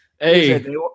Hey